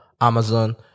amazon